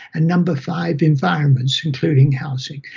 and number five, environments, including housing.